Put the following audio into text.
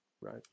Right